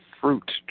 fruit